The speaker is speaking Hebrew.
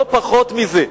לא פחות מזה.